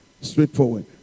straightforward